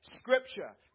Scripture